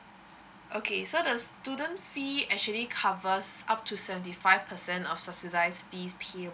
okay so the student fee actually covers up to seventy five percent of subsidised